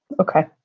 Okay